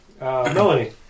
Melanie